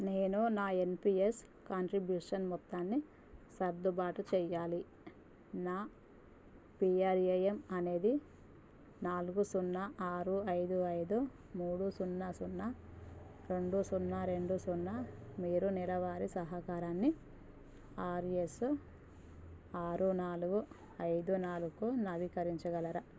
నేను నా NPS contribution మొత్తాన్ని సర్దుబాటు చేయాలి నా పీఆర్ఏఎమ్ అనేది నాలుగు సున్నా ఆరు ఐదు ఐదు మూడు సున్నా సున్నా రెండు సున్నా రెండు సున్నా మీరు నెలవారీ సహకారాన్ని ఆర్ ఎస్ ఆరు నాలుగు ఐదు నాలుగుకు నవీకరించగలరా